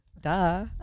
duh